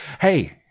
Hey